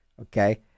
okay